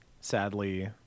sadly